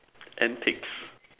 antiques